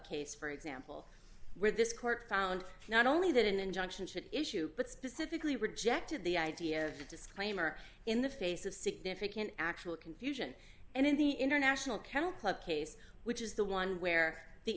case for example where this court found not only that an injunction should issue but specifically rejected the idea of a disclaimer in the face of significant actual confusion and in the international kennel club case which is the one where the